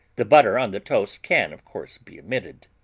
the butter on the toast can, of course, be omitted.